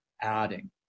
adding